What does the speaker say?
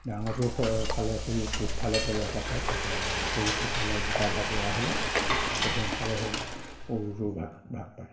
ডাঙৰটোৰ পূবফালে পৰে এটা ছাইড এটা সৰুটোৰ ফালে দুটা ভাগ হ'লে পশ্চিম ফালে হ'ল সৰুটোৰ ভাগ ভাগ পায়